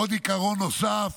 עיקרון נוסף,